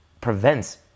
prevents